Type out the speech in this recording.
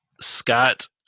Scott